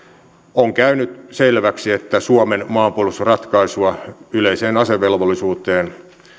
on käynyt selväksi että suomen maanpuolustusratkaisua yleiseen asevelvollisuuteen